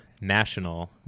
national